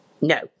No